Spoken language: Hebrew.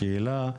השאלה היא